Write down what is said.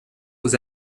aux